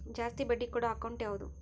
ಜಾಸ್ತಿ ಬಡ್ಡಿ ಕೊಡೋ ಅಕೌಂಟ್ ಯಾವುದು?